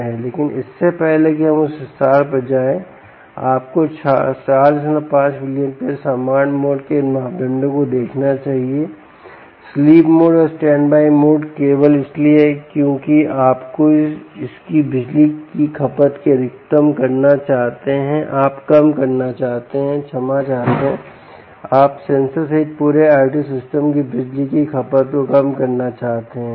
लेकिन इससे पहले कि हम उस विस्तार पर जाएं आपको 45 mA सामान्य मोड के इन मापदंडों को देखना चाहिएस्लीप मोड और स्टैंडबाई मोड केवल इसलिए क्योंकि आप इसकी बिजली की खपत को अधिकतम करना चाहते हैं आप कम करना चाहते हैं क्षमा चाहते हैं आप सेंसर सहित पूरे IOT सिस्टम की बिजली की खपत को कम करना चाहते हैं सही